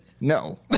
No